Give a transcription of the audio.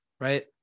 right